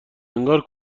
انگار